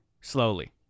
Slowly